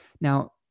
Now